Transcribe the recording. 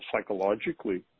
psychologically